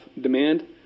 demand